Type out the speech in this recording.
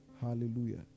Hallelujah